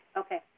okay